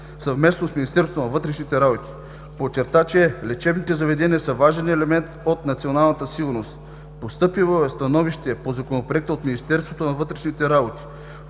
съвместно с министъра на вътрешните работи. Подчерта, че лечебните заведения са важен елемент от националната сигурност. Постъпило е становище по Законопроекта от Министерство на вътрешните работи,